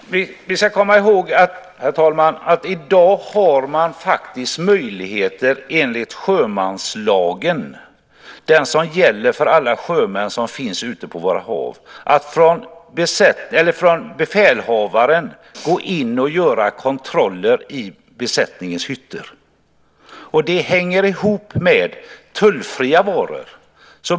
Herr talman! Vi ska komma ihåg att i dag har befälhavaren faktiskt möjlighet enligt sjömanslagen, den som gäller för alla sjömän som finns ute på våra hav, att gå in och göra kontroller i besättningens hytter. Det hänger ihop med tullfria varor.